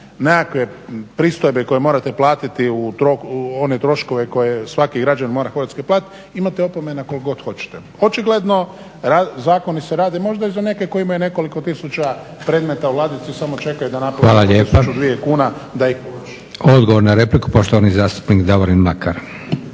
nekakve pristojbe koje morate platiti, u roku, one troškove koje svaki građanin mora Hrvatskoj platiti, imate opomena koliko god hoćete. Očigledno zakoni se rade možda i za neke kojima je nekoliko tisuća predmeta u ladici samo čekaju da naplate tisuću, dvije kuna… **Leko, Josip (SDP)** Hvala lijepa. Odgovor na repliku poštovani zastupnik Davorin Mlakar.